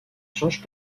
change